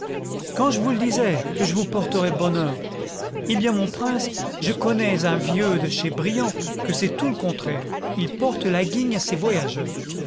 quand je vous le disais que je vous porterais bonheur eh bien mon prince je connais un vieux de chez brion que c'est tout le contraire il porte la guigne à ses voyageurs